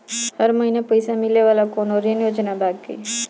हर महीना पइसा मिले वाला कवनो ऋण योजना बा की?